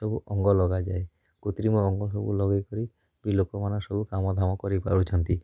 ସବୁ ଅଙ୍ଗ ଲଗାଯାଏ କୃତିମ ଅଙ୍ଗ ସବୁ ଲଗେଇକିରି ବି ଲୋକମାନେ ସବୁ କାମ ଦାମ କରି ପାରୁଛନ୍ତି